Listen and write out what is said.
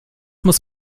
muss